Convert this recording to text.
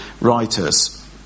writers